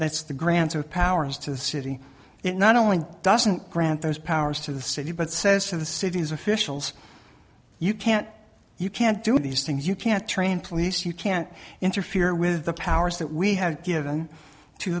that's the grants of powers to the city it not only doesn't grant those powers to the city but says to the city's officials you can't you can't do these things you can't train police you can't interfere with the powers that we have given to